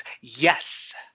Yes